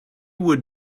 would